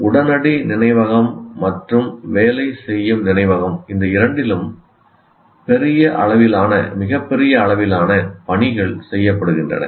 உடனடி நினைவகம் மற்றும் வேலை செய்யும் நினைவகம் இந்த இரண்டிலும் மிகப்பெரிய அளவிலான பணிகள் செய்யப்படுகின்றன